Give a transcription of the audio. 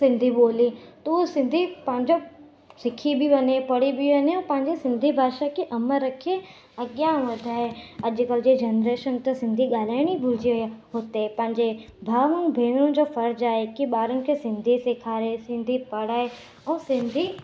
सिंधी ॿोली त सिंधी पंहिंजो सिखी बि वञे पढ़ी बि वञे ऐं पंहिंजो सिंधी भाषा खे अमरि रखे अॻियां वधाए अॼुकल्ह जी जनरेशन त सिंधी ॻाल्हाइण ई भुलजी वई आहे हुते पंहिंजे भाव भेनरुनि जो फ़र्जु आहे की ॿारनि खे सिंधी सेखारे सिंधी पढ़ाए ऐं सिंधी